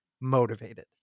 motivated